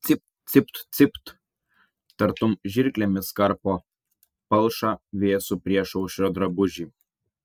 cipt cipt cipt tartum žirklėmis karpo palšą vėsų priešaušrio drabužį